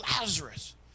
Lazarus